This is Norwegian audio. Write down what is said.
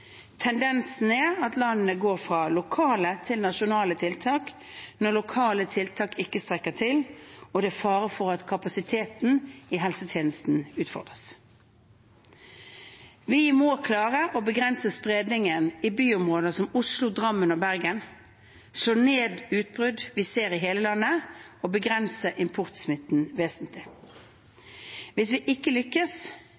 Tendensen er at landene går fra lokale til nasjonale tiltak når lokale tiltak ikke strekker til og det er fare for at kapasiteten i helsetjenesten utfordres. Vi må klare å begrense spredningen i byområder som Oslo, Drammen og Bergen, slå ned utbrudd vi ser i hele landet, og begrense importsmitten